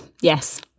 Yes